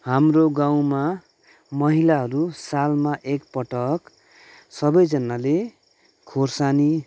हाम्रो गाउँमा महिलाहरू सालमा एकपटक सबैजनाले खोर्सानी